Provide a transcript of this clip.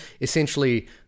essentially